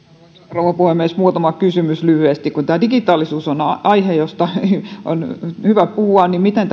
rouva puhemies muutama kysymys lyhyesti kun tämä digitaalisuus on aihe josta on hyvä puhua niin miten